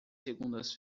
segundas